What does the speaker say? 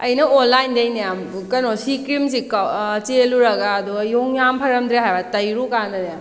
ꯑꯩꯅ ꯑꯣꯟꯂꯥꯏꯟꯗꯩꯅꯦ ꯀꯩꯅꯣ ꯁꯤ ꯀ꯭ꯔꯤꯝꯁꯦ ꯆꯦꯜꯂꯨꯔꯒ ꯑꯗꯣ ꯌꯦꯡꯉꯨꯀꯥꯟꯗ ꯌꯥꯝ ꯐꯔꯝꯗ꯭ꯔꯦ ꯍꯥꯏꯕ ꯇꯩꯔꯨꯀꯥꯟꯗꯅꯦ